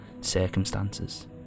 circumstances